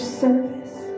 service